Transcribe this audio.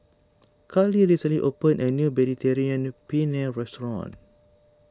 Carly recently opened a new Mediterranean Penne restaurant